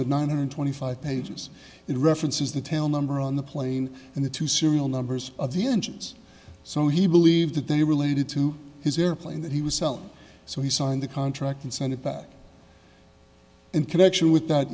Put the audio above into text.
the nine hundred twenty five pages it references the tail number on the plane and the two serial numbers of the engines so he believed that they were related to his airplane that he was selling so he signed the contract and sent it back in connection with that